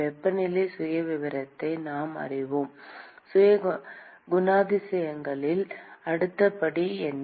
வெப்பநிலை சுயவிவரத்தை நாம் அறிவோம் குணாதிசயத்தில் அடுத்த படி என்ன